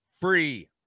free